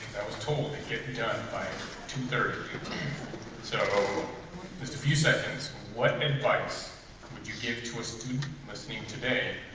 i was told to get done by two thirty so just a few seconds what advice would you give to a student listening to today